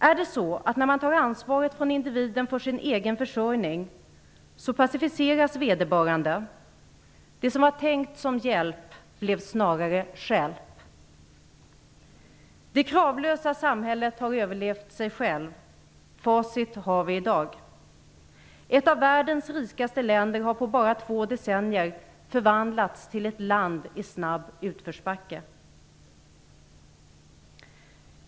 Är det så att när man tar ansvaret från individen för sin egen försörjning passiviseras vederbörande? Det som var tänkt som hjälp blev snarare stjälp. Det kravlösa samhället har överlevt sig självt. Facit har vi i dag. Ett av världens rikaste länder har på bara två decennier förvandlats till ett land i snabb utförsbacke.